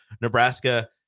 Nebraska